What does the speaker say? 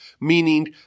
meaning